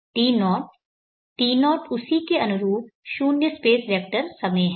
T0 T0 उसी के अनुरूप शून्य स्पेस वेक्टर समय है